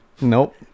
Nope